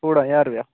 सोलां ज्हार रपेआ